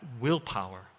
willpower